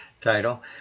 title